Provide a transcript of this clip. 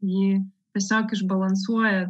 ji tiesiog išbalansuoja